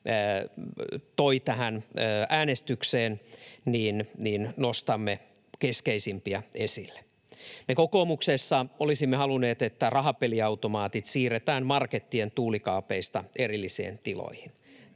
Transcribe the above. toi tähän äänestykseen, nostamme keskeisimpiä esille. Me kokoomuksessa olisimme halunneet, että rahapeliautomaatit siirretään markettien tuulikaapeista erillisiin tiloihin.